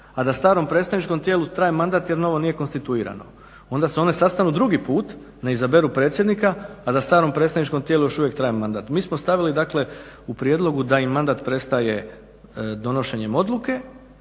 a da starom predstavničkom tijelu traje mandat jer novo nije konstituirano. Onda se oni sastanu drugi put, ne izaberu predsjednika, a da starom predstavničkom tijelu još uvijek traje mandat. Mi smo stavili dakle u prijedlogu da im mandat prestaje donošenjem odluke,